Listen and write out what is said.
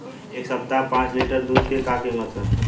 एह सप्ताह पाँच लीटर दुध के का किमत ह?